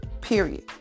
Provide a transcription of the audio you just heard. Period